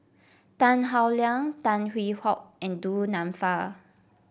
Tan Howe Liang Tan Hwee Hock and Du Nanfa